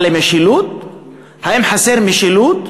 אבל האם חסרה משילות?